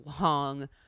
long